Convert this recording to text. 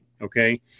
okay